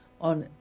on